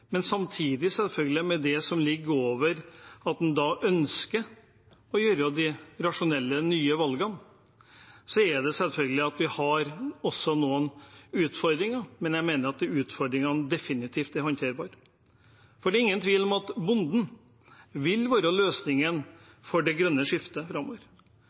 Samtidig, med det som ligger over, at en ønsker å ta de rasjonelle, nye valgene, er det selvfølgelig sånn at vi også har noen utfordringer, men jeg mener at de utfordringene definitivt er håndterbare. Det er ingen tvil om at bonden vil være løsningen for det grønne skiftet framover.